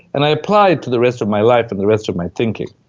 and i apply it to the rest of my life and the rest of my thinking